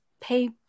pay